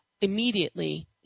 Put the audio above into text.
immediately